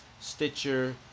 Stitcher